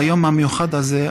ביום המיוחד הזה,